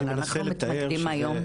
אבל אנחנו מתמקדים היום,